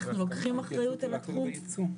אנחנו לוקחים אחריות על התחום,